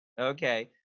Okay